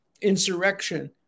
insurrection